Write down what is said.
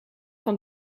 van